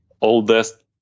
oldest